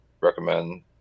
recommend